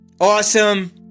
awesome